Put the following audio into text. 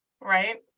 Right